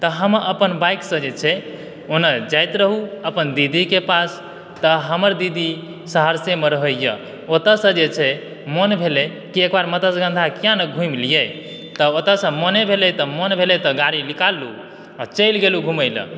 तऽ हम अपन बाइक सॅं जे छै ओनय जाइत रहूँ अपन दीदी के पास तऽ हमर दीदी सहरसेमे रहै यऽ ओतय सॅं जे छै मोन भेलै की एक बार मत्स्यागंधा किया नहि घूमि लिए तऽ ओतऽ सॅं मोन भेलै तऽ मोन भेलै तऽ गाड़ी निकाललहुॅं आओर चलि गेलहुॅं घूमय लए